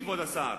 כבוד השר,